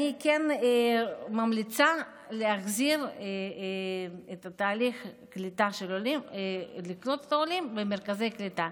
אני כן ממליצה להחזיר את תהליך הקליטה של עולים במרכזי הקליטה.